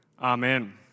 Amen